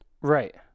right